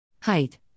height